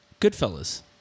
Goodfellas